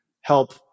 help